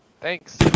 Thanks